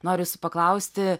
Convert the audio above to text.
norisi paklausti